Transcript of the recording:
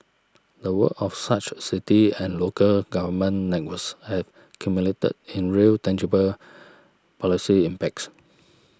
the work of such city and local government networks have cumulated in real tangible policy impacts